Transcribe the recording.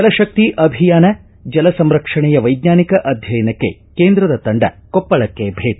ಜಲಶಕ್ತಿ ಅಭಿಯಾನ ಜಲ ಸಂರಕ್ಷಣೆಯ ವೈಜ್ವಾನಿಕ ಅಧ್ಯಯನಕ್ಕೆ ಕೇಂದ್ರದ ತಂಡ ಕೊಪ್ಪಳಕ್ಕೆ ಭೇಟ